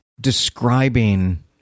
describing